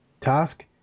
task